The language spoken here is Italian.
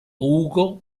ugo